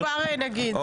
אנחנו כבר נעביר.